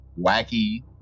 Wacky